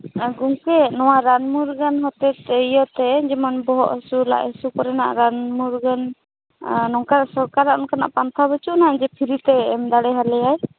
ᱟᱹᱜᱩ ᱥᱮ ᱱᱚᱣᱟ ᱨᱟᱱ ᱢᱩᱨᱜᱟᱹᱱ ᱤᱭᱟᱹ ᱛᱮ ᱡᱮᱢᱚᱱ ᱵᱚᱦᱚᱜ ᱦᱟᱹᱥᱩ ᱞᱟᱡ ᱦᱟᱹᱥᱩ ᱠᱚᱨᱮᱱᱟᱜ ᱨᱟᱱ ᱢᱩᱨᱜᱟᱹᱱ ᱱᱚᱝᱠᱟᱱ ᱥᱚᱨᱠᱟᱨᱟᱜ ᱯᱟᱱᱛᱷᱟ ᱵᱟᱹᱪᱩᱜ ᱟᱱᱟᱜ ᱡᱮ ᱯᱷᱤᱨᱤᱛᱮᱭ ᱮᱢ ᱫᱟᱲᱮ ᱟᱞᱮᱟᱭ